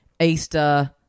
Easter